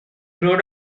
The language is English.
proud